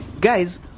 guys